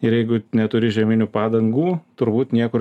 ir jeigu neturi žieminių padangų turbūt niekur